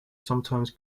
sometimes